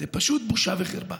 זה פשוט בושה וחרפה.